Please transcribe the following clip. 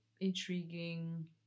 intriguing